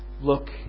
look